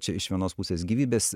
čia iš vienos pusės gyvybės